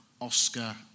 Oscar